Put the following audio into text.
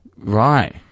Right